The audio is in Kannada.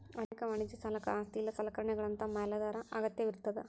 ಅನೇಕ ವಾಣಿಜ್ಯ ಸಾಲಕ್ಕ ಆಸ್ತಿ ಇಲ್ಲಾ ಸಲಕರಣೆಗಳಂತಾ ಮ್ಯಾಲಾಧಾರ ಅಗತ್ಯವಿರ್ತದ